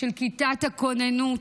של כיתת הכוננות.